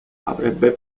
avrebbe